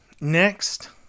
Next